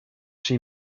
she